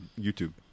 YouTube